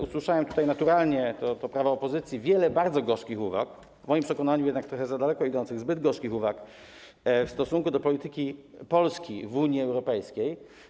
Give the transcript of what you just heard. Usłyszałem tutaj, naturalnie to prawo opozycji, wiele bardzo gorzkich uwag, w moim przekonaniu jednak trochę za daleko idących, zbyt gorzkich uwag w stosunku do polityki Polski w Unii Europejskiej.